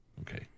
Okay